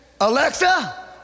Alexa